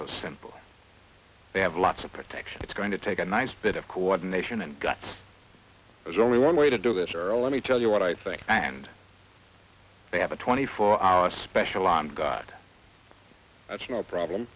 so simple they have lots of protection it's going to take a nice bit of coordination and guts there's only one way to do this early me tell you what i think and they have a twenty four hour special on god that's no problem